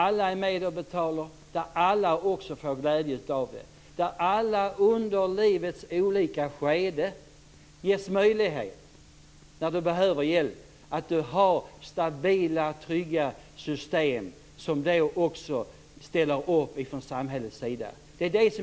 Alla är med och betalar. Alla får också glädje av det. När man under livets olika skeden behöver hjälp ges möjligheten att få det från samhällets stabila, trygga system.